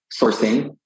sourcing